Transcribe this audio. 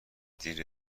دیر